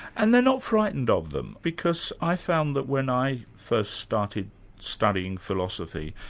and they're not frightened of them? because i found that when i first started studying philosophy,